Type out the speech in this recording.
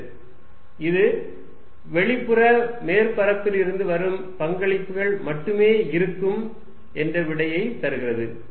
இது வெளிப்புற மேற்பரப்பிலிருந்து வரும் பங்களிப்புகள் மட்டுமே இருக்கும் என்ற விடையை தருகிறது